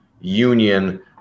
union